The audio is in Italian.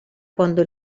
quando